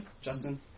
Justin